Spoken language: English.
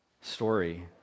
story